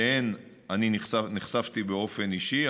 שאליהן אני נחשפתי באופן אישי,